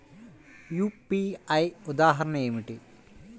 UPI ఉదాహరణ ఏమిటి?